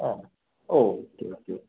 ആ ഓ okay okay